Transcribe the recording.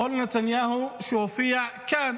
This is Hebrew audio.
-- או לנתניהו שהופיע כאן